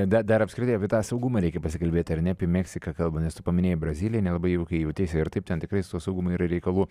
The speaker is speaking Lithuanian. da dar apskritai apie tą saugumą reikia pasikalbėti ar ne apie meksiką kalbant nes tu paminėjai braziliją nelabai jaukiai jauteisi ir taip ten tikrai su saugumu yra reikalų